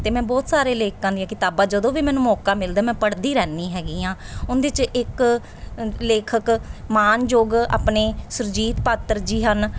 ਅਤੇ ਮੈਂ ਬਹੁਤ ਸਾਰੇ ਲੇਖਕਾਂ ਦੀਆਂ ਕਿਤਾਬਾਂ ਜਦੋਂ ਵੀ ਮੈਨੂੰ ਮੌਕਾ ਮਿਲਦਾ ਮੈਂ ਪੜ੍ਹਦੀ ਰਹਿੰਦੀ ਹੈਗੀ ਹਾਂ ਉਹਦੇ 'ਚ ਇੱਕ ਲੇਖਕ ਮਾਨਯੋਗ ਆਪਣੇ ਸੁਰਜੀਤ ਪਾਤਰ ਜੀ ਹਨ